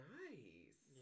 nice